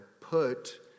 put